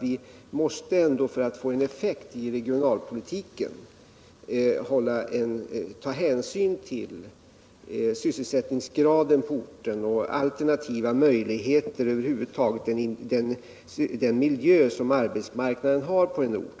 Vi måste ändå, för att få effekt i regionalpolitiken, ta hänsyn till sysselsättningsgraden på orten, till alternativa möjligheter, över huvud taget till den miljö som arbetsmarknaden har på en ort.